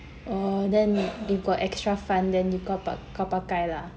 oh then you got extra fund then you kau kau pakai lah